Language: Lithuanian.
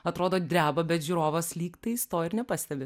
atrodo dreba bet žiūrovas lygtais to ir nepastebi